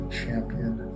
champion